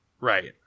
Right